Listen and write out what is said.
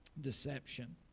deception